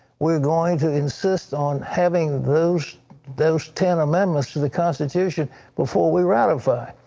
we're going to insist on having those those ten amendments to the constitution before we ratify.